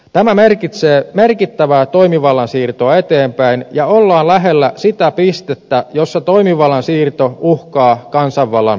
tämä merkitsee merkittävää toimivallan siirtoa eteenpäin ja ollaan lähellä sitä pistettä jossa toimivallan siirto uhkaa kansanvallan perusteita